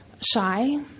shy